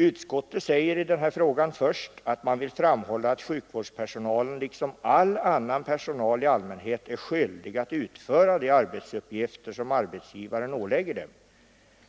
Utskottet säger i denna fråga först att man vill framhålla att sjukvårdspersonalen liksom all annan personal i allmänhet är skyldig att fullgöra de arbetsuppgifter som arbetsgivaren ålägger dem